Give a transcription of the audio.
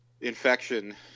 infection